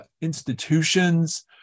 institutions